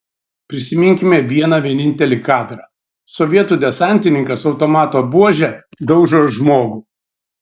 prisiminkime vieną vienintelį kadrą sovietų desantininkas automato buože daužo žmogų